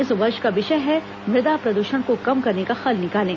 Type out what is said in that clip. इस वर्ष का विषय है मृदा प्रदूषण को कम करने का हल निकालें